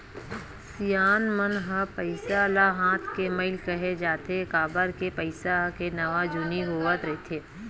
सियान मन ह पइसा ल हाथ के मइल केहें जाथे, काबर के पइसा के नवा जुनी होवत रहिथे